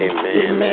Amen